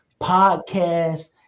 podcast